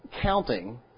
counting